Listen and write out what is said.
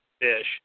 fish